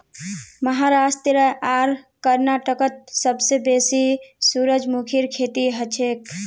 महाराष्ट्र आर कर्नाटकत सबसे बेसी सूरजमुखीर खेती हछेक